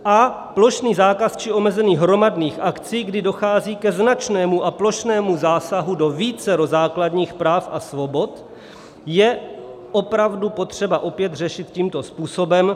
A plošný zákaz či omezení hromadných akcí, kdy dochází ke značnému a plošnému zásahu do vícero základních práv a svobod, je opravdu potřeba opět řešit tímto způsobem.